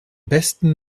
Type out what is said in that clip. besten